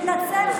ואמר: מתנצל,